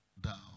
down